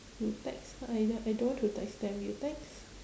you text her !aiya! I don't want to text them you text